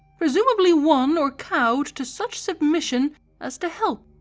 presumably won or cowed to such submission as to help,